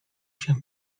się